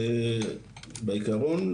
בעקרון,